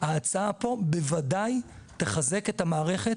ההצעה פה בוודאי תחזק את המערכת